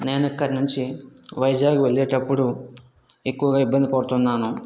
నేను ఇక్కడి నుంచి వైజాగ్ వెళ్ళేటప్పుడు ఎక్కువగా ఇబ్బంది పడుతున్నాను